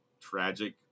tragic